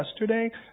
yesterday